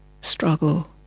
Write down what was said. struggle